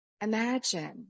Imagine